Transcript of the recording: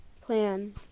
Plan